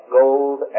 gold